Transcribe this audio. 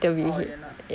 oh you're not